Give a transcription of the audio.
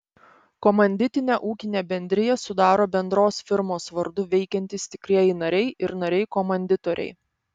komanditinę ūkinę bendriją sudaro bendros firmos vardu veikiantys tikrieji nariai ir nariai komanditoriai